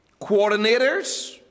coordinators